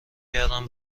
کردم